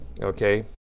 okay